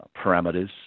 parameters